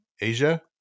Asia